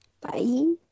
Bye